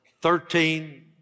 Thirteen